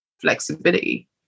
flexibility